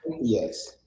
Yes